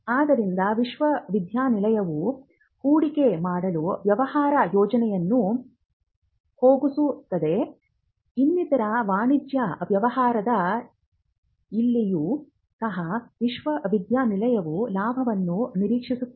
ಆದ್ದರಿಂದ ವಿಶ್ವವಿದ್ಯಾನಿಲಯವು ಹೂಡಿಕೆ ಮಾಡಲು ವ್ಯವಹಾರ ಯೋಜನೆಯನ್ನು ಹೋಗಿಸುತ್ತದೆ ಇನ್ನಿತರ ವಾಣಿಜ್ಯ ವ್ಯವಹಾರದ ಇಲ್ಲಿಯೂ ಸಹ ವಿಶ್ವವಿದ್ಯಾನಿಲಯ ಲಾಭವನ್ನು ನಿರೀಕ್ಷಿಸುತ್ತದೆ